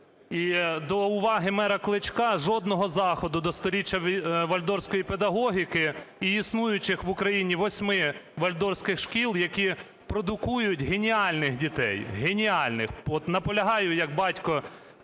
до уваги мера Кличка, жодного заходу до 100-річчя вальдорфської педагогіки й існуючих в Україні 8 вальдорфських шкіл, які продукують геніальних дітей – геніальних, от наполягаю як батько